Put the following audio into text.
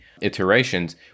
iterations